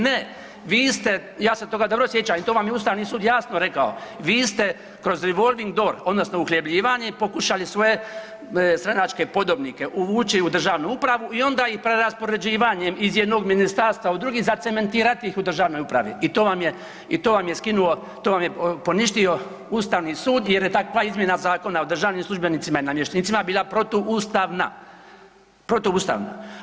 Ne, vi ste, ja se toga dobro sjećam i to vam je ustavni sud javno rekao, vi ste kroz revolving door odnosno uhljebljivanje pokušali svoje stranačke podobnike uvući u državnu upravu i onda ih preraspoređivanjem iz jednog ministarstva u drugi zacementirati ih u državnoj upravi i to vam je, i to vam je skinuo, to vam je poništio ustavni sud jer je takva izmjena Zakona o državnim službenicima i namještenicima bila protuustavna, protuustavna.